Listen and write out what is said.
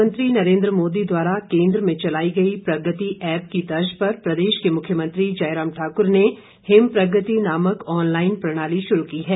प्रधानमंत्री नरेन्द्र मोदी द्वारा केन्द्र में चलाई गई प्रगति ऐप की तर्ज पर प्रदेश के मुख्यमंत्री जयराम ठाकुर ने हिम प्रगति नामक ऑनलाईन प्रणाली शुरू की है